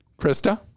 krista